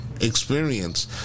experience